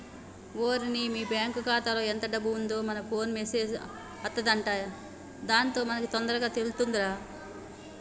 ఓరిని మన బ్యాంకు ఖాతాలో ఎంత డబ్బు ఉందో మన ఫోన్ కు మెసేజ్ అత్తదంట దాంతో మనకి తొందరగా తెలుతుందిరా